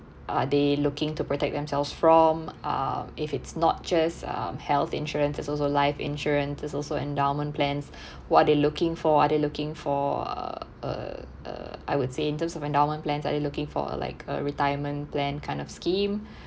are they looking to protect themselves from uh if it's not just um health insurance there's also life insurance there's also endowment plans what are they looking for are they looking for uh uh uh I would say in terms of endowment plans are they looking for a like a retirement plan kind of scheme